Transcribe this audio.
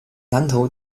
南投